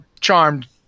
charmed